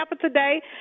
today